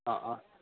অঁ অঁ